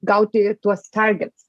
gauti tuos target